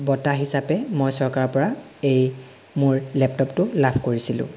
বঁটা হিচাপে মই চৰকাৰৰ পৰা এই মোৰ লেপটপটো লাভ কৰিছিলোঁ